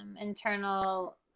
internal